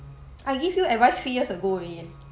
I give you every three years ago already eh